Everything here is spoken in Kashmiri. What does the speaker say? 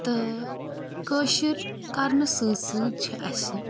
تہٕ کٲشِر کرنہٕ سۭتۍ سۭتۍ چھِ اَسہِ